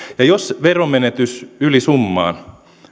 ja jos veronmenetys ylisummaan